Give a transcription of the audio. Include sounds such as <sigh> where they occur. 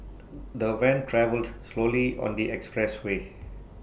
<noise> the van travelled slowly on the expressway